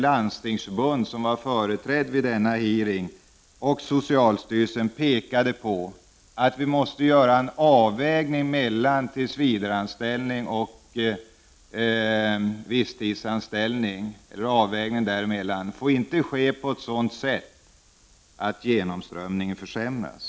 Landstingsförbundet och socialstyrelsen, som var = Prot. 1989/90:26 företrädda vid denna hearing pekade på att avvägningen mellan tillsvida 15 november 1989 reanställning och visstidsanställning inte får ske på ett sådant sätt att genom strömningen försämras.